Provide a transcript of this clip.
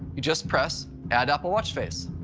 you just press add apple watch face.